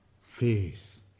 faith